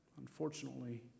Unfortunately